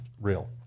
real